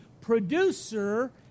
producer